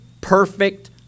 perfect